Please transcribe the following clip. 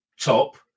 top